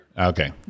Okay